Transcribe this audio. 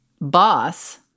boss